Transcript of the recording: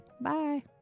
bye